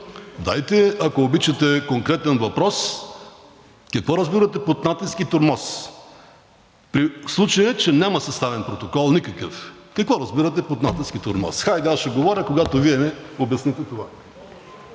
дайте, ако обичате, конкретен въпрос: какво разбирате под натиск и тормоз, в случай че няма съставен протокол никакъв? Какво разбирате под натиск и тормоз? Хайде, аз ще говоря, когато Вие обясните това.